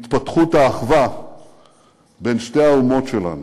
האחווה בין שתי האומות שלנו.